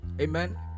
Amen